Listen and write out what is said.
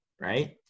right